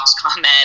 comment